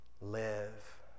live